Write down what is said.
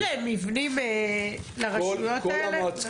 יש מבנים לרשויות האלה?